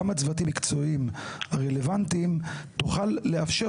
גם הצוותים המקצועיים הרלוונטיים תוכל לאפשר